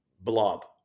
blob